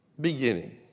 beginning